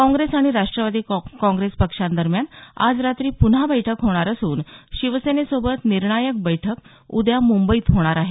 काँग्रेस आणि राष्ट्रवादी काँग्रेस पक्षांदरम्यान आज रात्री पुन्हा बैठक होणार असून शिवसेनेसोबत निर्णायक बैठक उद्या मुंबईत होणार आहे